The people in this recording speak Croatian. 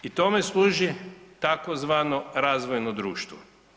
I tome služi tzv. razvojno društvo.